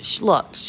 look